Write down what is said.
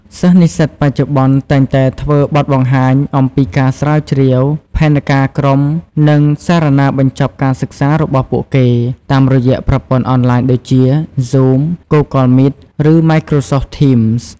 សិស្សនិស្សិតបច្ចុប្បន្នតែងតែធ្វើបទបង្ហាញអំំពីការស្រាវជ្រាវ ផែនការក្រុម និង សារាណាបញ្ចប់ការសិក្សារបស់ពួកគេតាមរយៈប្រព័ន្ធអនឡាញដូចជា Zoom Google Meet ឬ Microsoft Teams។